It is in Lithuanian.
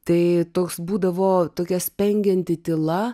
tai toks būdavo tokia spengianti tyla